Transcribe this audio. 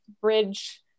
bridge